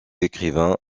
écrivains